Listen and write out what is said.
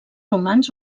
romans